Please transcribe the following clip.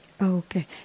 Okay